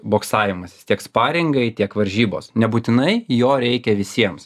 boksavimas tiek sparingai tiek varžybos ne būtinai jo reikia visiems